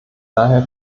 daher